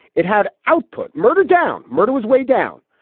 it had output murder down. murder was way down.